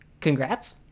congrats